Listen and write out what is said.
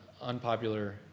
unpopular